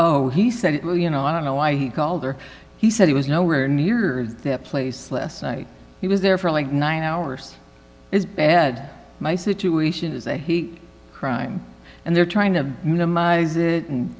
oh he said you know i don't know why he called or he said he was nowhere near that place last night he was there for like nine hours is bad my situation is a he crime and they're trying to minimize it and